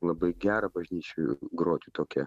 labai gera bažnyčioj groti tokią